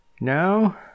now